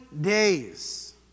days